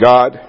God